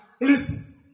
Listen